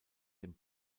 dem